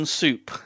soup